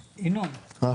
אתך.